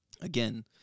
again